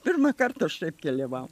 pirmąkart aš taip keliavau